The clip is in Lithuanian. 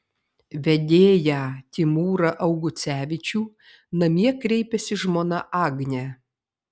vedėją timūrą augucevičių namie kreipiasi žmona agnė